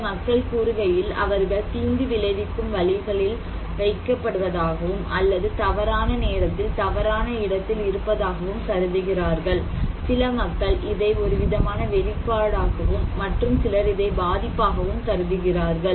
சில மக்கள் கூறுகையில் அவர்கள் தீங்கு விளைவிக்கும் வழிகளில் வைக்கப்படுவதாகவும் அல்லது தவறான நேரத்தில் தவறான இடத்தில் இருப்பதாகவும் கருதுகிறார்கள் சில மக்கள் இதை ஒரு விதமான வெளிப்பாடாகும் மற்றும் சிலர் இதை பாதிப்பாகவும் கருதுகிறார்கள்